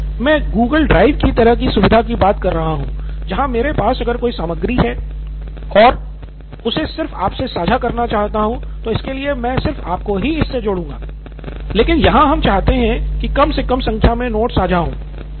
Shyam Paul M नहीं मैं Google drive की तरह की सुविधा की बात कह रहा हूं जहां मेरे पास अगर कोई सामग्री है और मैं उसे सिर्फ आपसे साझा करना चाहता हूं तो इसके लिए मैं सिर्फ आपको ही इससे जोड़ूगा सिद्धार्थ मटूरी लेकिन यहाँ हम चाहते हैं की कम से कम संख्या में नोट्स साझा हो